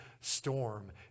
storm